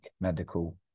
medical